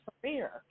career